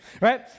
right